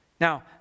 Now